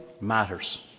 matters